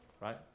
right